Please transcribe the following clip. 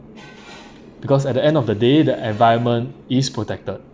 because at the end of the day the environment is protected